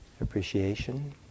appreciation